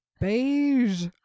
beige